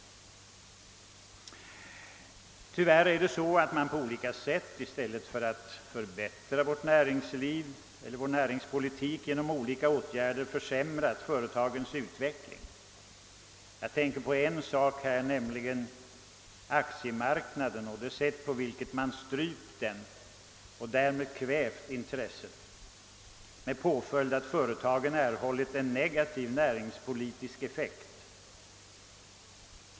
I stället för att förbättra vår näringspolitik har man tyvärr genom olika åtgärder försämrat företagens utveckling. Jag tänker bl.a. på det sätt på vilket man strypt aktiemarknaden och därigenom kvävt intresset för aktieköp, med påföljd att företagen erhållit en nega tiv näringspolitisk effekt.